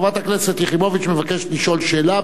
חברת הכנסת יחימוביץ מבקשת לשאול שאלה